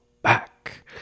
back